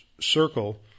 circle